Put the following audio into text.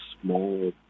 small